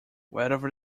whatever